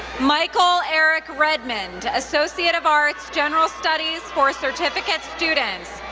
michael eric redmond, associate of arts, general studies for certificate students,